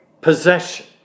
possession